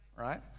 right